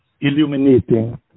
illuminating